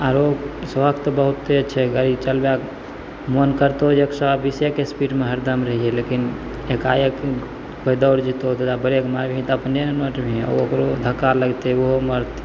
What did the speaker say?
आओर सौख तऽ बहुते छै गाड़ी चलबै मोन करतौ एक सओ बीसेके स्पीडमे हरदम रहिए लेकिन एकाएक कोइ दौड़ि जेतौ तऽ ब्रेक मारबही तऽ अपने उनटबिही ओकरो धक्का लगतै ओहो मरतै